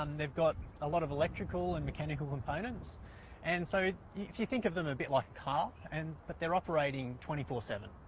um they've got a lot of electrical and mechanical components and so if you think of them a bit like a car, and but they're operating twenty four seven.